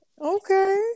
okay